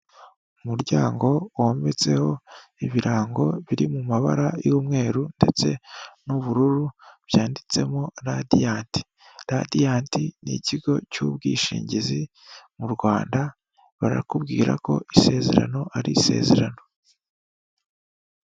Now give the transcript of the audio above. Umuryango wometseho ibirango biri mu mabara y'umweru ndetse n'ubururu byanditsemo Radiyanti. Radiyanti ni ikigo cy'ubwishingizi mu Rwanda, barakubwira ko isezerano ari isezerano.